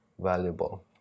valuable